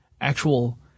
actual